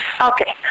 Okay